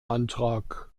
antrag